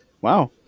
Wow